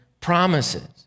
promises